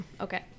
Okay